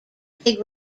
big